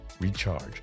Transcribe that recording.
recharge